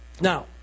Now